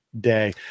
day